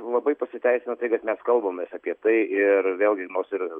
labai pasiteisino tai kad mes kalbamės apie tai ir vėlgi nors ir